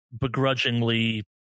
begrudgingly